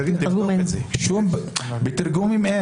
בתרגומים אין.